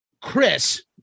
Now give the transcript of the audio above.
Chris